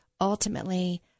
ultimately